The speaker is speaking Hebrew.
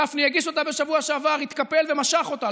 גפני הגיש אותה בשבוע שעבר, התקפל ומשך אותה.